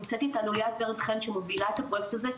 נמצאת איתנו ליאת ורד חן שמובילה את הפרויקט הזה,